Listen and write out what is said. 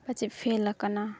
ᱯᱟᱪᱮᱫ ᱯᱷᱮᱞᱟᱠᱟᱱᱟ